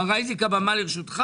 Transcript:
מר אייזיק, הבמה לרשותך.